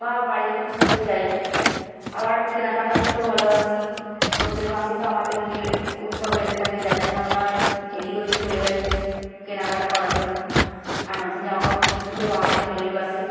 বা বাড়ির লোকের সাথেও যাই আবার কেনাকাটা করতেও ভালোবাসি প্রত্যেক মাসেই তো আমাদের লে উৎসব লেগে থাকে যার জন্য আমরা এদিক ওদিক চলে যাই কেনাকাটা করার জন্য আর নতুন যাওয়া কাপড় কিনতে তোও বাঙালি ভালোইবাসে